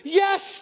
yes